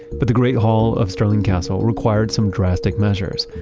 but the great hall of stirling castle required some drastic measures.